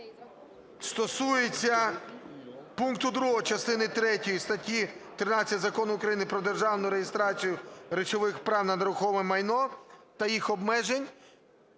пункту 2 частини третьої статті 13 Закону України "Про державну реєстрацію речових прав на нерухоме майно та їх обмежень",